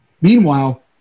Meanwhile